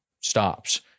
stops